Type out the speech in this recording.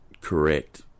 Correct